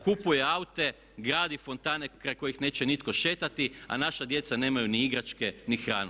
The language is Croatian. Kupuje aute, gradi fontane kraj kojih neće nitko šetati a naša djeca nemaju ni igračke ni hranu.